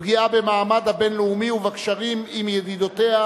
פגיעה במעמד הבין-לאומי ובקשרים עם ידידותיה